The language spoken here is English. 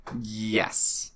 yes